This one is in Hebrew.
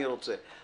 אני רוצה.